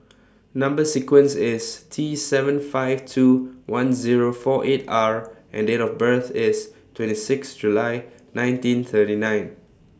Number sequence IS T seven five two one Zero four eight R and Date of birth IS twenty six July nineteen thirty nine